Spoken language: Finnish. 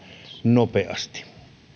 nopeasti